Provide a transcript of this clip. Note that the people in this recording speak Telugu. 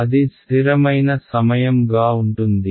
అది స్ధిరమైన సమయం గా ఉంటుంది